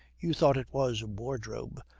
you thought it was a wardrobe,